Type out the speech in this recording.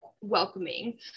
welcoming